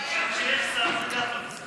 עכשיו כשיש שר, גם אין שר.